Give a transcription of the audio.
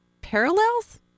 parallels